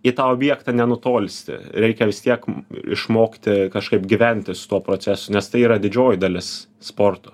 į tą objektą nenutolsti reikia vis tiek išmokti kažkaip gyventi su tuo procesu nes tai yra didžioji dalis sporto